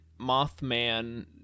mothman